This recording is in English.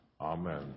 Amen